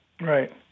Right